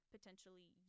potentially